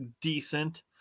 decent